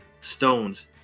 stones